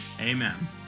Amen